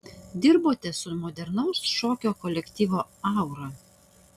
dirbote su modernaus šokio kolektyvu aura